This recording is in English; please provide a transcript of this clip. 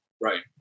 Right